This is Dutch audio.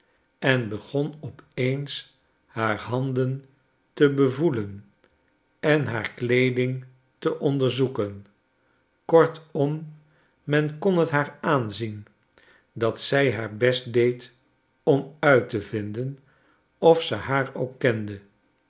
en begon op eens haar handen te bevoelen en haar kleeding te onderzoeken kortom men kon t haar aanzien dat zij haar best deed om uit te vinden of ze haar ook kende